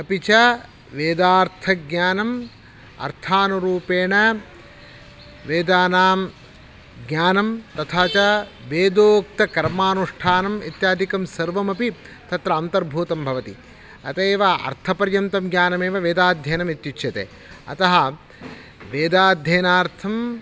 अपि च वेदार्थज्ञानम् अर्थानुरूपेण वेदानां ज्ञानं तथा च वेदोक्तकर्मानुष्ठानम् इत्यादिकं सर्वमपि तत्र अन्तर्भूतं भवति अत एव अर्थपर्यन्तं ज्ञानमेव वेदाध्ययनम् इत्युच्यते अतः वेदाध्ययनार्थं